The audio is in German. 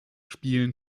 spielen